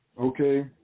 Okay